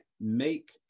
make